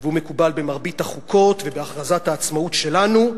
והוא מקובל במרבית החוקות ובהכרזת העצמאות שלנו.